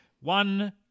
One